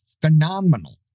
phenomenal